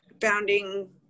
founding